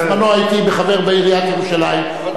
בזמנו הייתי חבר בעיריית ירושלים,